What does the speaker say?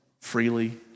freely